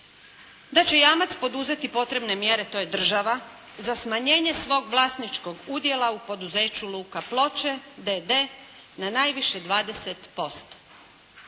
da će jamac poduzeti potrebne mjere, to je država, za smanjenje svog vlasničkog udjela u poduzeću "Luka Ploče d.d." na najviše 20%.